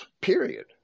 period